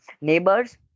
neighbors